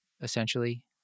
essentially